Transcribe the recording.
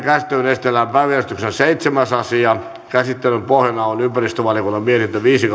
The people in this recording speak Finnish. käsittelyyn esitellään päiväjärjestyksen seitsemäs asia käsittelyn pohjana on ympäristövaliokunnan mietintö viisi